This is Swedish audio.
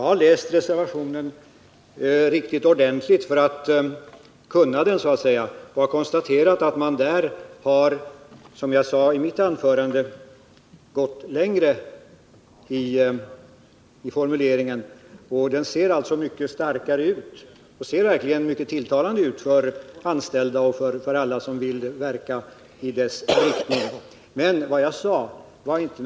Herr talman! Jag har, herr Bengtsson, läst reservationen mycket noggrant, och jag har konstaterat att man där har, som jag sade i mitt anförande, gått längre formuleringsmässigt. Den ser alltså mycket starkare ut, och det är mycket tilltalande för dem som vill verka i dess riktning. Jag sade inte heller att innehållet i skrivningarna är likvärdigt, men däremot att detta gäller den politiska effekten i de instanser som har att genomföra åtgärderna, dvs. inom regeringskretsen, i Brygginvest osv.